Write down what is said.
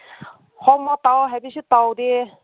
homework ꯇꯧ ꯍꯥꯏꯕꯁꯨ ꯇꯧꯗꯦ